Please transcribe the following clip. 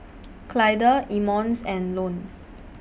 Clyda Emmons and Ione